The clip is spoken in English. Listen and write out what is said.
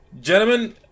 gentlemen